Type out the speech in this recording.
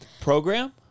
program